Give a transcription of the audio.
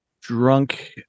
drunk